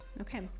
okay